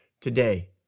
today